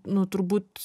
nu turbūt